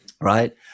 right